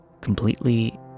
completely